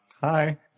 Hi